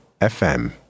FM